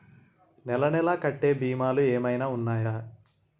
నెల నెల కట్టే భీమాలు ఏమైనా ఉన్నాయా?